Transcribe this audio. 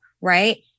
right